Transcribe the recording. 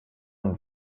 und